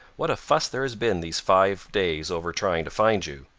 what a fuss there has been these five days over trying to find you!